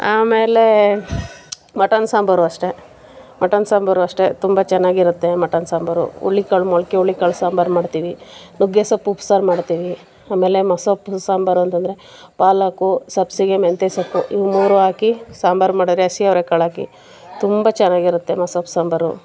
ಆಮೇಲೆ ಮಟನ್ ಸಾಂಬಾರು ಅಷ್ಟೆ ಮಟನ್ ಸಾಂಬಾರು ಅಷ್ಟೆ ತುಂಬ ಚೆನ್ನಾಗಿರುತ್ತೆ ಮಟನ್ ಸಾಂಬಾರು ಹುರ್ಳಿಕಾಳು ಮೊಳಕೆ ಹುರ್ಳಿಕಾಳು ಸಾಂಬಾರು ಮಾಡ್ತೀವಿ ನುಗ್ಗೆಸೊಪ್ಪು ಉಪ್ಪು ಸಾರು ಮಾಡ್ತೀವಿ ಆಮೇಲೆ ಮಸೊಪ್ಪು ಸಾಂಬಾರು ಅಂತ ಅಂದ್ರೆ ಪಾಲಾಕು ಸಬ್ಬಸಿಗೆ ಮೆಂತ್ಯ ಸೊಪ್ಪು ಇವು ಮೂರು ಹಾಕಿ ಸಾಂಬಾರು ಮಾಡಿದ್ರೆ ಹಸಿ ಅವ್ರೆಕಾಳು ಹಾಕಿ ತುಂಬ ಚೆನ್ನಾಗಿರುತ್ತೆ ಮಸೊಪ್ಪು ಸಾಂಬಾರು